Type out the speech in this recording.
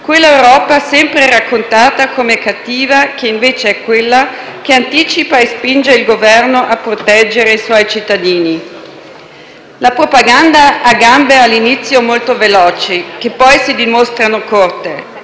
quella sempre raccontata come cattiva e che, invece, anticipa e spinge il Governo a proteggere i suoi cittadini. La propaganda ha gambe all'inizio molto veloci, che poi si dimostrano corte.